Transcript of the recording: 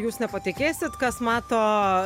jūs nepatikėsit kas mato